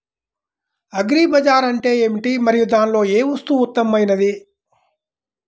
Agri బజార్ అంటే ఏమిటి మరియు దానిలో ఏ వస్తువు ఉత్తమమైనది?